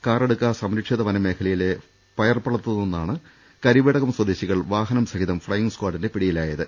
കാറടുക്ക സംരക്ഷിത വനമേഖലയിലെ പയർപള്ളത്തു നിന്നാണ് കരിവേടകം സ്വദേശികൾ വാഹനം സഹിതം ഫ്ളൈയിഗ് സ്കാഡിന്റെ പിടിയിലായത്